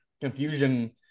confusion